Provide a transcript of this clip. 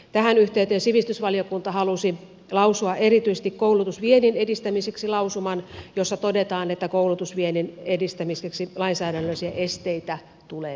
tähän yhteyteen sivistysvaliokunta halusi lausua erityisesti koulutusviennin edistämiseksi lausuman jossa todetaan että koulutusviennin edistämiseksi lainsäädännöllisiä esteitä tulee selvittää